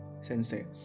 sensei